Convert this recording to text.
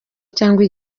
cyangwa